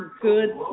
good